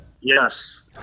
Yes